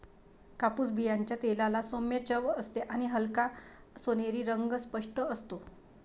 कापूस बियांच्या तेलाला सौम्य चव असते आणि हलका सोनेरी रंग स्पष्ट असतो